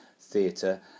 theatre